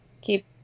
Keep